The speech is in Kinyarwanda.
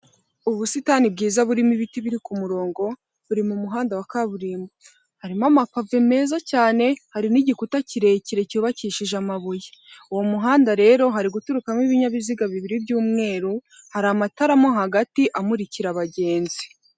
Ubusitani bwiza burimo ibiti biri ku murongo buri mumuhanda wa kaburimbo harimo amakafe meza cyane hari n'igikuta kirekire cyubakishije amabuye uwo muhanda rero hari guturukamo ibinyabiziga bibiri by'umweru hari amataramo hagati amurikira abagenzi.